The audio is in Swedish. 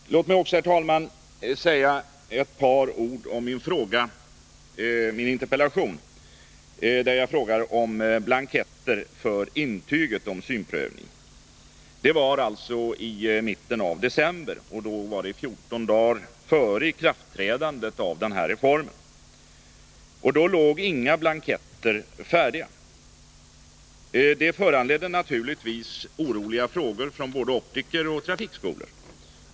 Låt mig också, herr talman, säga ett par ord om min interpellation, där jag frågar om blanketter för intyget om synprövning. Interpellationen ställdes i mitten av december, och då var det 14 dagar före ikraftträdandet av denna reform. Då fanns inga blanketter färdiga. Det föranledde naturligtvis oroliga frågor från både optiker och trafikskolor.